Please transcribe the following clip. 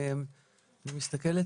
אני מסתכלת,